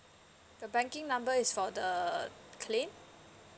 the banking number is for the claim